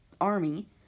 Army